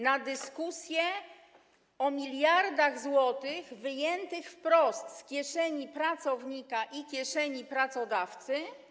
na dyskusję o miliardach złotych wyjętych wprost z kieszeni pracownika i kieszeni pracodawcy.